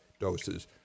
doses